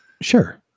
Sure